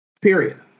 period